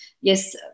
yes